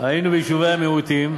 היינו ביישובי המיעוטים.